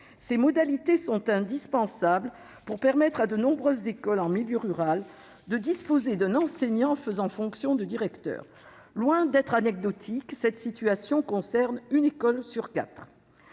Ces modalités sont indispensables pour permettre à de nombreuses écoles en milieu rural de disposer d'un enseignant faisant fonction de directeur ; loin d'être anecdotique, cette situation concerne une école sur quatre.